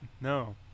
no